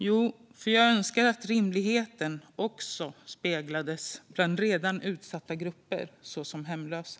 Jo, för att jag önskar att rimligheten också fanns i fråga om redan utsatta grupper såsom hemlösa.